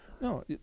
No